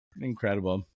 incredible